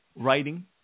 writing